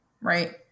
right